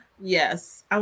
Yes